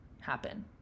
happen